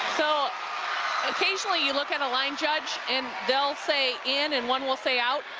so occasionally you look at aline judge and they'll say in and one will say out.